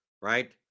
right